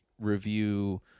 review